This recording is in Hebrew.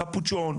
קפוצ'ון,